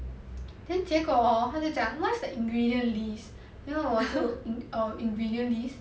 then 结果 hor 他就讲 what's the ingredient list then 我就 err ingredient list